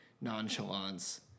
nonchalance